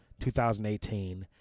2018